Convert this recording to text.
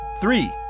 three